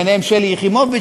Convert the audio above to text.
בהם שלי יחימוביץ,